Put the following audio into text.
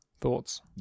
thoughts